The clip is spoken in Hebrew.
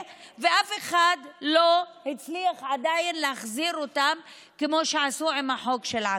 ואף אחד לא הצליח עדיין להחזיר אותם כמו שעשו עם החוק של עכו.